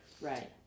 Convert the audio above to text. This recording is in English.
Right